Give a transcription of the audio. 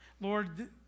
Lord